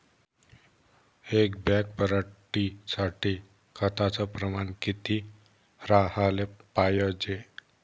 एक बॅग पराटी साठी खताचं प्रमान किती राहाले पायजे?